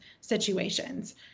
situations